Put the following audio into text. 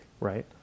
right